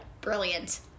Brilliant